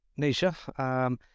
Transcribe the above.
Nisha